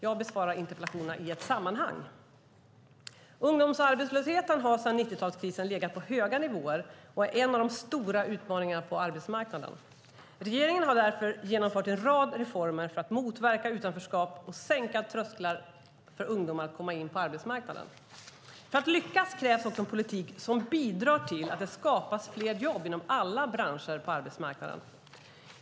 Jag besvarar interpellationerna i ett sammanhang. Ungdomsarbetslösheten har sedan 1990-talskrisen legat på höga nivåer och är en av de stora utmaningarna på arbetsmarknaden. Regeringen har därför genomfört en rad reformer för att motverka utanförskap och sänka trösklar för ungdomar att komma in på arbetsmarknaden. För att lyckas krävs också en politik som bidrar till att det skapas fler jobb inom alla branscher på arbetsmarknaden.